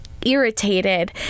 irritated